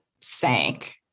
sank